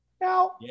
Now